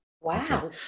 Wow